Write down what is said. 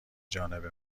جانب